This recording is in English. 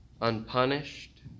unpunished